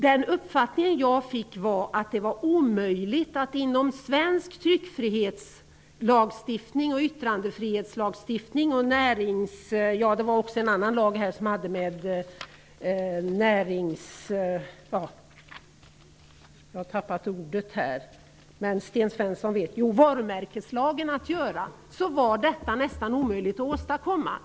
Den uppfattning jag fick var att det nästan var omöjligt att åstadkomma detta inom ramen för svensk tryckfrihets och yttrandefrihetslagstiftning och varumärkeslagen.